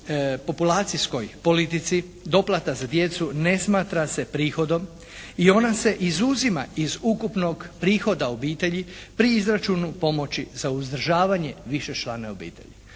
populacijskoj politici doplata za djecu ne smatra se prihodom i ona se izuzima iz ukupnog prihoda obitelji pri izračunu pomoći za uzdržavanje višečlane obitelji.